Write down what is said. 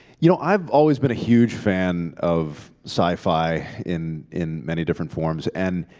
you know i've always been a huge fan of sci-fi in in many different forms. and